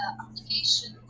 application